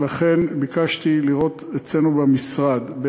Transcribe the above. ולכן ביקשתי לראות אצלנו במשרד,